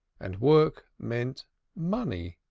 and work meant money,